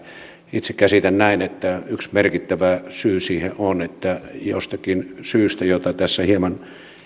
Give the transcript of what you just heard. itse käsitän näin että yksi merkittävä syy siihen on että jostakin syystä jota tässä hieman